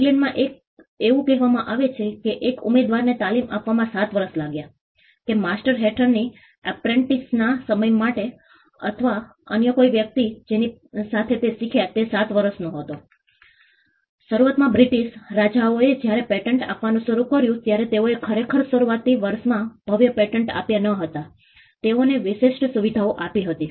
ઇંગ્લેન્ડમાં એવું કહેવામાં આવે છે કે એક ઉમેદવારને તાલીમ આપવામાં 7 વર્ષ લાગ્યાં કે માસ્ટર હેઠળની એપ્રેન્ટિસના સમય માટે અથવા કોઈ વ્યક્તિ કે જેની સાથે તે શીખ્યા તે 7 વર્ષનો હતો શરૂઆતમાં બ્રિટિશ રાજાઓએ જ્યારે પેટન્ટ આપવાનું શરૂ કર્યું ત્યારે તેઓએ ખરેખર શરૂઆતી વર્ષોમાં ભવ્ય પેટન્ટ્સ આપ્યા ન હતા તેઓને વિશેષ સુવિધાઓ આપી હતી